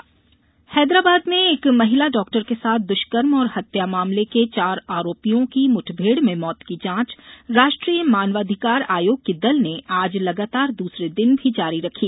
हैदराबाद मुठभेड़ हैदराबाद में एक महिला डाक्टर के साथ द्वष्कर्म और हत्या मामले के चार आरोपियों की मुठभेड़ में मौत की जांच राष्ट्रीय मानवाधिकार आयोग के दल ने आज लगातार दूसरे दिन भी जारी रखी